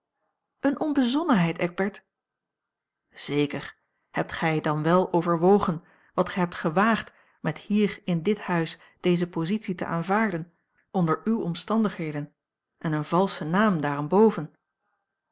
eene onbezonnenheid eckbert zeker hebt gij dan wel overwogen wat gij hebt gewaagd met hier in dit huis deze positie te aanvaarden onder uwe omstandigheden en een valschen naam